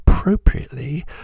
Appropriately